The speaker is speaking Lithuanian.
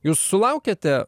jūs sulaukiate